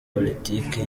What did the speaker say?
politike